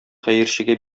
хәерчегә